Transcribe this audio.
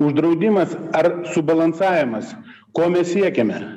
uždraudimas ar subalansavimas ko mes siekiame